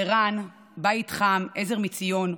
ער"ן, בית חם, עזר מציון,